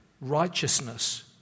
Righteousness